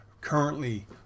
Currently